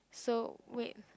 so wait